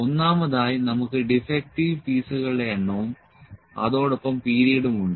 ഒന്നാമതായി നമുക്ക് ഡിഫെക്ടിവ് പീസുകളുടെ എണ്ണവും അതോടൊപ്പം പീരീഡും ഉണ്ട്